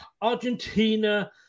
Argentina